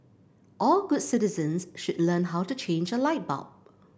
all good citizens should learn how to change a light bulb